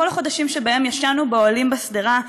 כל החודשים שבהם ישנו באוהלים בשדרה,